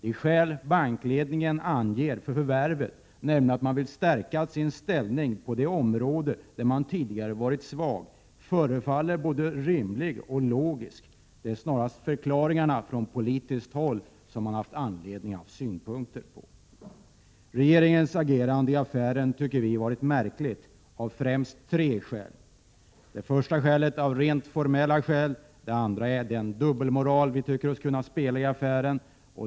Det skäl som bankledningen anger för förvärvet — att man vill stärka sin ställning på ett område där man tidigare har varit svag — förefaller både rimligt och logiskt. Det är snarast förklaringarna från politiskt håll som man haft anledning att ha synpunkter på. Regeringens agerande i affären tycker vi har varit märkligt av främst tre skäl. Det första är ett rent formellt skäl. Det andra är den dubbelmoral vi tycker oss kunna se i affären.